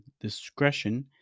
discretion